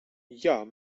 jag